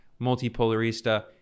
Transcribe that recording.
multipolarista